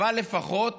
אבל לפחות